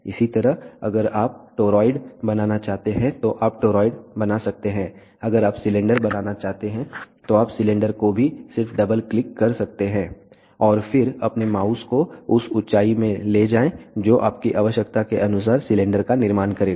इसी तरह अगर आप टोराइड बनाना चाहते हैं तो आप टोराइड बना सकते हैं अगर आप सिलेंडर बनाना चाहते हैं तो आप सिलेंडर को भी सिर्फ डबल क्लिक कर सकते हैं और फिर अपने माउस को उस ऊँचाई में ले जाएँ जो आपकी आवश्यकता के अनुसार सिलेंडर का निर्माण करेगा